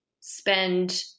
spend